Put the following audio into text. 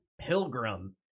Pilgrim